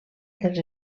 dels